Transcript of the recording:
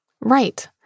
Right